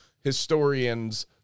historians